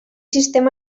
sistema